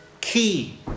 key